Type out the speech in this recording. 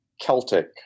Celtic